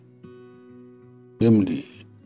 family